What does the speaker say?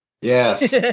yes